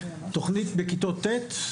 תוכנית בכיתות ט',